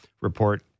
report